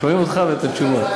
שומעים אותך ואת התשובה.